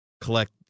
collect